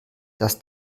dass